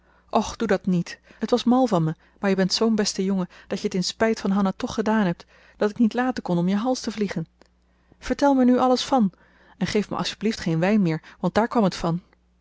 doe dat niet het was mal van me maar je bent zoo'n beste jongen dat je het in spijt van hanna toch gedaan hebt dat ik niet laten kon om je hals te vliegen vertel me er nu alles van en geef me alstjeblieft geen wijn meer want daar kwam het van